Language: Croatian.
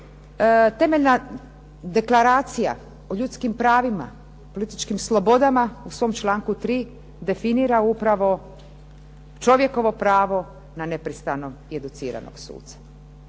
temeljna Deklaracija o ljudskim pravima, političkim slobodama u svom članku 3. definira upravo čovjekovo pravo na nepristranog i educiranog suca.